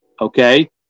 Okay